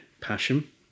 passion